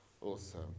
Awesome